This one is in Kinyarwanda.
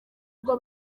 ubwo